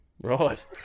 right